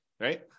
right